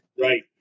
Right